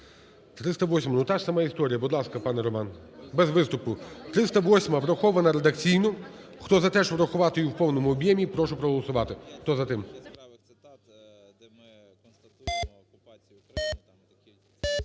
308-а. Ну таж сама історія. Будь ласка, пане Роман. Без виступу. 308-а врахована редакційно. Хто за те, щоб врахувати її в повному об'ємі прошу проголосувати. Хто за те?